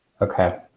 okay